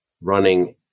running